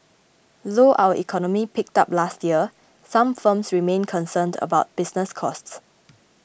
though our economy picked up last year some firms remain concerned about business costs